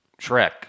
Shrek